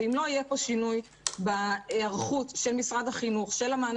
ואם לא יהיה פה שינוי בהיערכות של משרד החינוך של המענה